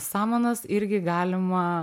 samanas irgi galima